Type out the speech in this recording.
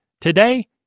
today